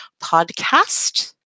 podcast